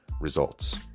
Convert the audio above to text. results